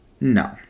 No